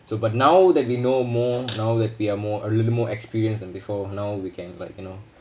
so but now that we know more now that we are more a little more experienced than before now we can like you know